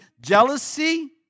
jealousy